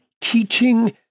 teaching